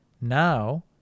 now